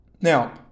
Now